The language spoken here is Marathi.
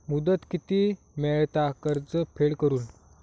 मुदत किती मेळता कर्ज फेड करून?